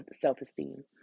self-esteem